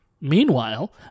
Meanwhile